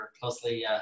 closely